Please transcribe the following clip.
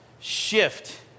shift